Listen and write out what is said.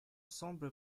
semble